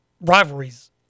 rivalries